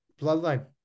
Bloodline